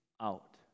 out